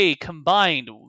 combined